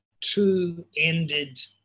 two-ended